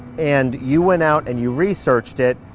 and you went out and you researched it,